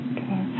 Okay